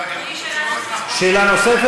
לי יש שאלה נוספת.